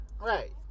Right